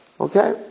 okay